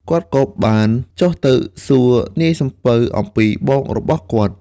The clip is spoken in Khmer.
គាត់ក៏បានចុះទៅសួរនាយសំពៅអំពីបងរបស់គាត់។